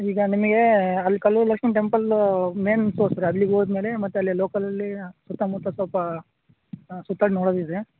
ಈಗ ನಮಗೆ ಅಲ್ಲಿ ಕಲ್ಲೂರು ಲಕ್ಷ್ಮೀ ಟೆಂಪಲ್ಲು ಮೇನ್ ತೋರಿಸ್ತೀರ ಅಲ್ಲಿಗೆ ಹೋದ ಮೇಲೆ ಮತ್ತೆ ಅಲ್ಲಿ ಲೋಕಲಲ್ಲಿ ಸುತ್ತಮುತ್ತ ಸ್ವಲ್ಪ ಸುತ್ತಾಡಿ ನೋಡೋದಿದೆ